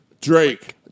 Drake